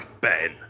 Ben